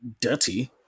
dirty